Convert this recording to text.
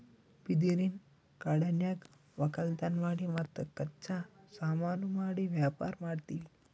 ಬಿದಿರಿನ್ ಕಾಡನ್ಯಾಗ್ ವಕ್ಕಲತನ್ ಮಾಡಿ ಮತ್ತ್ ಕಚ್ಚಾ ಸಾಮಾನು ಮಾಡಿ ವ್ಯಾಪಾರ್ ಮಾಡ್ತೀವಿ